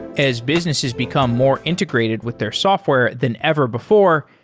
as businesses become more integrated with their software than ever before,